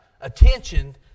attention